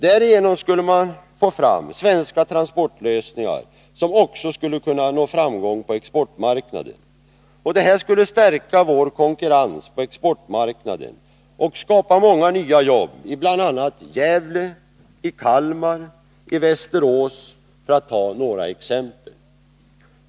Därigenom skulle man få fram svenska transportlösningar, som också skulle kunna nå framgång på exportmarknaden. Detta skulle stärka vår konkurrenskraft på exportmarknaden och skapa många nya jobb i Gävle, Kalmar och Västerås för att ta några exempel.